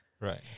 Right